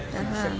अतः